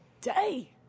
day